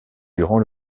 durant